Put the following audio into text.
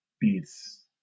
beats